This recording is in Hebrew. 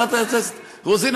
רוזין,